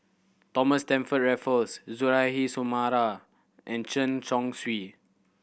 Thomas Stamford Raffles Suzairhe Sumari and Chen Chong Swee